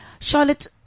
Charlotte